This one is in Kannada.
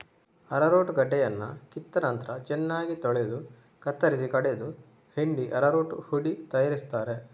ಅರರೂಟ್ ಗಡ್ಡೆಯನ್ನ ಕಿತ್ತ ನಂತ್ರ ಚೆನ್ನಾಗಿ ತೊಳೆದು ಕತ್ತರಿಸಿ ಕಡೆದು ಹಿಂಡಿ ಅರರೂಟ್ ಹುಡಿ ತಯಾರಿಸ್ತಾರೆ